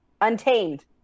Untamed